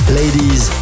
ladies